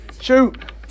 Shoot